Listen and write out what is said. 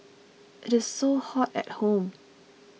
it is so hot at home